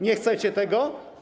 Nie chcecie tego?